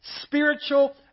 spiritual